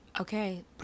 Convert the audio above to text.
Okay